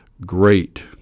great